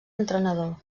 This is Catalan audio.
entrenador